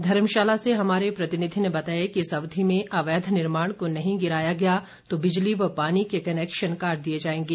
धर्मशाला से हमारे प्रतिनिधि ने बताया कि इस अवधि में अवैध निर्माण को नहीं गिराया गया तो बिजली व पानी के कनैक्शन काट दिए जाएंगे